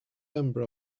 member